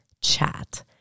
chat